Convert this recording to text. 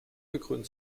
gekrönt